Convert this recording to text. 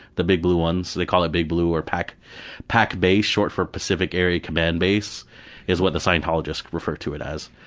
the big blue one, so they call it big blue or pac pac base, short for pacific area command base is what the scientologists refer to it as.